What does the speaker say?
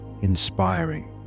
inspiring